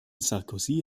sarkozy